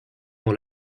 dans